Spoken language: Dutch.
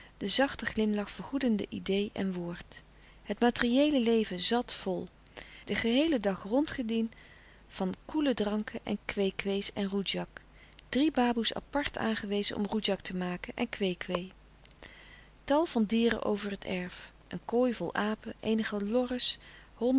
de zachte glimlach vergoedende idee en woord het materieele leven zat vol den geheelen dag rondgedien van koele dranken en kwee kwees en roedjak drie baboe's apart aangewezen om roedjak te maken en kweekwee tal van dieren over het erf een kooi vol apen eenige lorre's